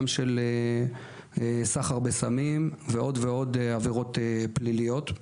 גם של סחר בסמים ועוד ועוד עבירות פליליות,